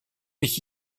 mich